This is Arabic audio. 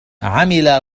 عمل